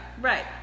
right